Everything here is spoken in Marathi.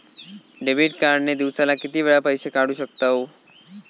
डेबिट कार्ड ने दिवसाला किती वेळा पैसे काढू शकतव?